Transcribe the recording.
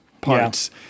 parts